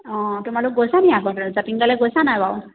অঁ তোমালোক গৈছানি আগতে জাতিংগালৈ গৈছা নাই বাৰু